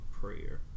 prayer